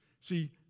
See